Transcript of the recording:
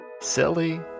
silly